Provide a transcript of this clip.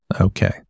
Okay